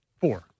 Four